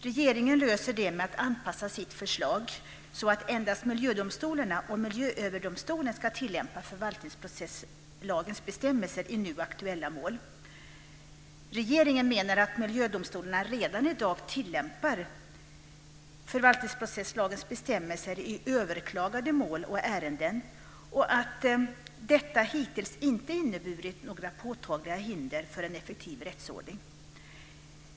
Regeringen löser det med att anpassa sitt förslag så att endast miljödomstolarna och Miljöverdomstolen ska tillämpa förvaltningsprocesslagens bestämmelser i nu aktuella mål. Regeringen menar att miljödomstolarna redan i dag tillämpar förvaltningsprocesslagens bestämmelser i överklagade mål och ärenden och att detta hittills inte inneburit några påtagliga hinder för en effektiv rättsordning.